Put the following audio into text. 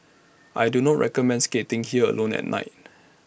I do not recommend skating here alone at night